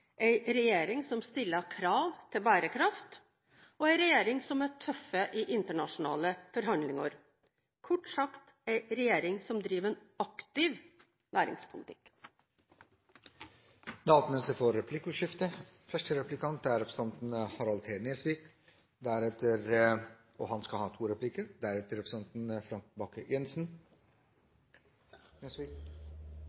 regjering som stiller krav til bærekraft, og en regjering som er tøff i internasjonale forhandlinger – kort sagt, en regjering som driver en aktiv næringspolitikk. Det blir replikkordskifte.